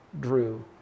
Drew